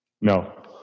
No